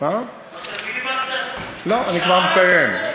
לא, אני כבר מסיים.